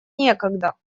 некогда